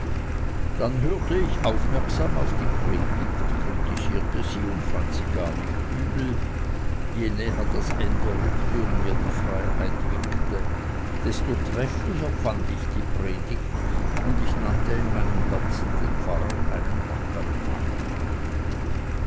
dann hörte ich aufmerksam auf die predigt kritisierte sie und fand sie gar nicht übel je näher das ende rückte und mir die freiheit winkte desto trefflicher fand ich die predigt und ich nannte in meinem herzen den pfarrer einen wackern mann